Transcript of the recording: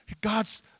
God's